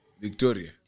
Victoria